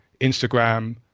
Instagram